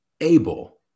Able